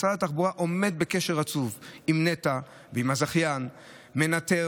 משרד התחבורה עומד בקשר רצוף עם נת"ע ועם הזכיין ומנטר,